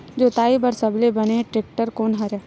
जोताई बर सबले बने टेक्टर कोन हरे?